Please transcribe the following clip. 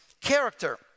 character